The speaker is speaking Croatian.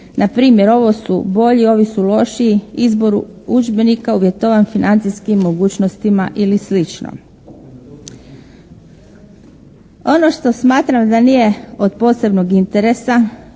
Npr., ovo su bolji, ovi su lošiji, izboru udžbenika uvjetovan financijskim mogućnostima ili slično. Ono što smatram da nije od posebnog interesa